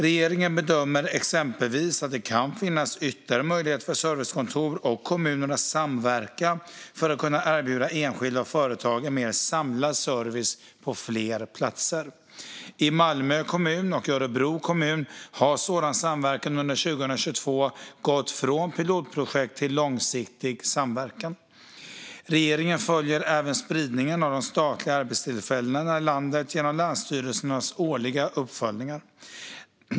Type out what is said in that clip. Regeringen bedömer exempelvis att det kan finnas ytterligare möjligheter för servicekontor och kommuner att samverka för att kunna erbjuda enskilda och företag en mer samlad service på fler platser. I Malmö kommun och Örebro kommun har sådan samverkan under 2022 gått från pilotprojekt till långsiktig samverkan. Regeringen följer även spridningen av de statliga arbetstillfällena i landet genom länsstyrelsernas årliga uppföljningar.